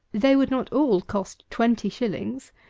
they would not all cost twenty shillings.